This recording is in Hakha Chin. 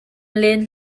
len